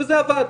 וזה עבד.